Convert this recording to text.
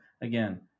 Again